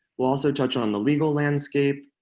we'll also touch on the legal landscape,